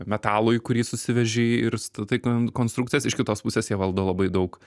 metalui kurį susiveži ir statai ten konstrukcijas iš kitos pusės jie valdo labai daug